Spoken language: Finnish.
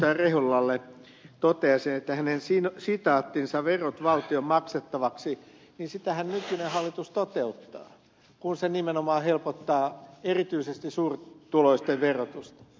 rehulalle toteaisin että hänen sitaattiansahan verot valtion maksettaviksi nykyinen hallitus toteuttaa kun se nimenomaan helpottaa erityisesti suurituloisten verotusta